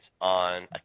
on